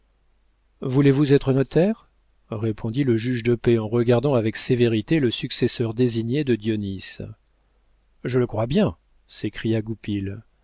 voulez-vous être notaire répondit le juge de paix en regardant avec sévérité le successeur désigné de dionis je le crois bien s'écria